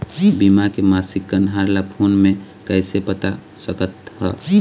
बीमा के मासिक कन्हार ला फ़ोन मे कइसे पता सकत ह?